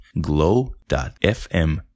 Glow.fm